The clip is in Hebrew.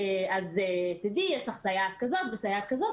אז תדעי, יש לך סייעת כזאת וסייעת זאת.